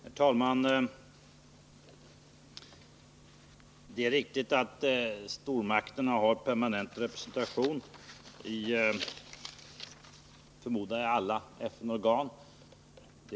Herr talman! Det är riktigt att stormakterna har permanent representation i alla FN-organ.